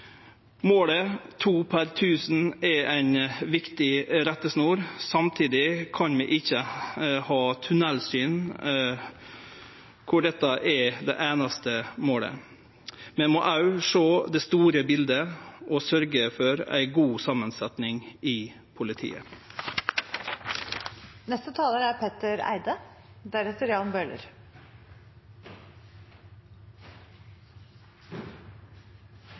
Målet om to per 1 000 er ei viktig rettesnor. Samtidig kan vi ikkje ha tunellsyn kor dette er det einaste målet. Vi må også sjå det store bildet og sørgje for ei god samansetjing i